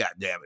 goddammit